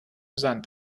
sand